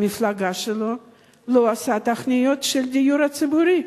המפלגה שלו לא עושה תוכניות לדיור ציבורי.